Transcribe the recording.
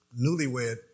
newlywed